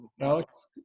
alex